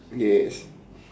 yes